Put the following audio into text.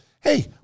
Hey